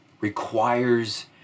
requires